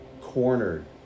cornered